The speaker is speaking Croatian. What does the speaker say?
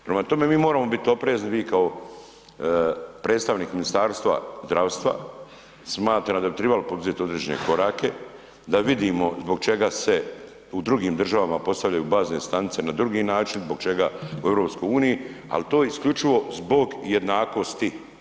Prema tome mi moramo biti oprezni, vi kao predstavnik Ministarstva zdravstva, smatram da bi tribali poduzeti određene korake da vidimo zbog čega se u drugim državama postavljaju bazne stanice na drugi način, zbog čega u Europskoj uniji, ali to isključivo zbog jednakosti.